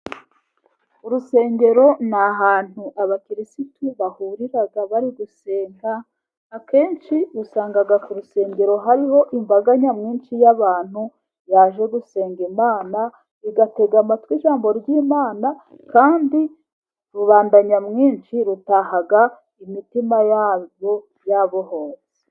Urusengero ni ahantu abakirisitu bahurira bari gusenga, akenshi usanga ku rusengero hariho imbaga nyamwinshi y'abantu baje gusenga Imana, igatega amatwi ijambo ry'Imana, kandi rubanda nyamwinshi rutaha imitima yarwo yabohotse.